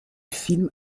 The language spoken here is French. film